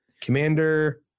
Commander